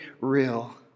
real